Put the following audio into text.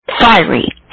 Fiery